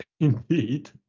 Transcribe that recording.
indeed